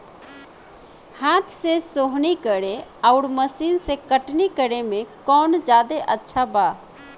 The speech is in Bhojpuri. हाथ से सोहनी करे आउर मशीन से कटनी करे मे कौन जादे अच्छा बा?